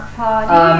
party